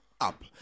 up